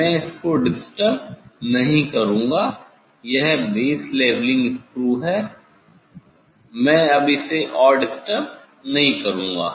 मैं इसको डिस्टर्ब नहीं करूंगा यह बेस लेवलिंग स्क्रू है मैं अब इसे और डिस्टर्ब नहीं करूंगा